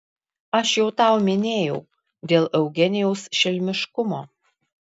aš jau tau minėjau dėl eugenijaus šelmiškumo